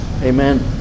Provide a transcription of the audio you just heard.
Amen